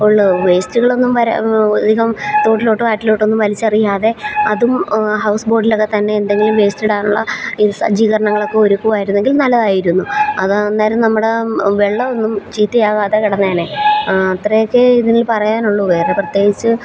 ഉള്ളൂ വേയ്സ്റ്റുകളൊന്നും വരാൻ അധികം തോട്ടിലോട്ടോ ആറ്റിലോട്ടോ ഒന്നും വലിച്ചെറിയാതെ അതും ഹൗസ് ബോട്ടിലൊക്കെത്തന്നെ എന്തെങ്കിലും വേയ്സ്റ്റിടാനുള്ള ഈ സജ്ജീകരണങ്ങളൊക്കെ ഒരുക്കുകയായിരുന്നെങ്കിൽ നല്ലതായിരുന്നു അതാ അന്നേരം നമ്മുടെ വെള്ളമൊന്നും ചീത്ത ആകാതെ കിടന്നേനെ അത്രയൊക്കെയേ ഇതിൽ പറയാനുള്ളു വേറെ പ്രത്യേകിച്ച്